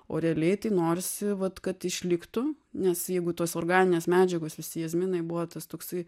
o realiai tai norisi vat kad išliktų nes jeigu tos organinės medžiagos visi jazminai buvo tas toksai